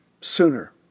sooner